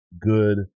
good